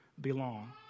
belong